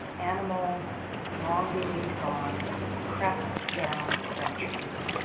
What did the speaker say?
animals long believed gone crept down from trees.